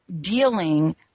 dealing